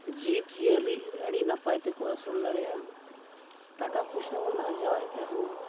ᱡᱤᱵᱽ ᱡᱤᱭᱟᱹᱞᱤ ᱟᱹᱰᱤ ᱱᱟᱯᱟᱭ ᱛᱮᱠᱚ ᱟᱹᱥᱩᱞ ᱫᱟᱲᱮᱭᱟᱜᱼᱟ ᱴᱟᱠᱟ ᱯᱩᱭᱥᱟᱹᱵᱚᱱ ᱟᱨᱡᱟᱣᱮᱫ ᱨᱮᱦᱚᱸ